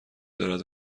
دارد